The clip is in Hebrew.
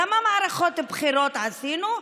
כמה מערכות בחירות עשינו?